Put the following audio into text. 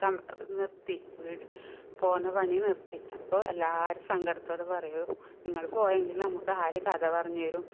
നിർത്തി ബീഡി പോവുന്ന പണി നിർത്തി അപ്പോൾ എല്ലാവരും സങ്കടത്തോടെ പറയും നിങ്ങൾ പോയെങ്കിൽ നമുക്ക് ആര് കഥ പറഞ്ഞ് തരും